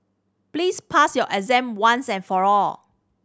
please pass your exam once and for all